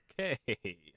Okay